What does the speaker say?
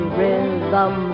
rhythm